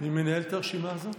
מי מנהל את הרשימה הזו?